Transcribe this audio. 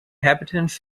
inhabitants